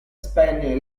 spegne